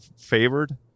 favored